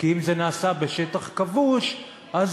כי אם זה נעשה בשטח כבוש אז